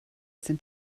sind